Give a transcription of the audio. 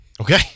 Okay